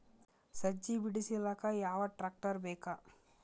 ಸಜ್ಜಿ ಬಿಡಿಸಿಲಕ ಯಾವ ಟ್ರಾಕ್ಟರ್ ಬೇಕ?